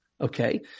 Okay